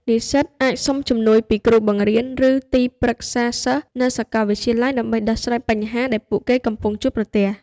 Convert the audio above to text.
និស្សិតអាចសុំជំនួយពីគ្រូបង្រៀន ឬទីប្រឹក្សាសិស្សនៅសាកលវិទ្យាល័យដើម្បីដោះស្រាយបញ្ហាដែលពួកគេកំពុងជួបប្រទះ។